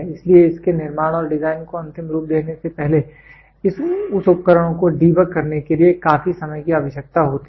इसलिए इसके निर्माण और डिज़ाइन को अंतिम रूप देने से पहले उस उपकरण को डीबग करने के लिए काफी समय की आवश्यकता होती है